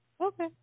Okay